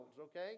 okay